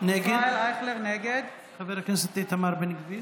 נגד איתמר בן גביר,